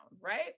right